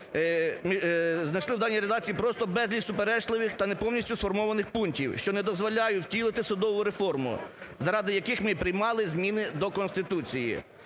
знайшли в даній редакції просто безліч суперечливих та неповністю сформованих пунктів, що не дозволяють втілити судову реформу, заради яких ми і приймали зміни до Конституції.